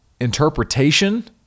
interpretation